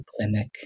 clinic